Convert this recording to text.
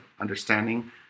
understanding